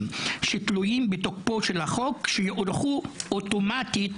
שתלויים בתוקפו של החוק שיונחו אוטומטית.